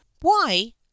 Why